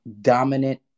dominant